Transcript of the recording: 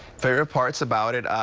favorite parts about it,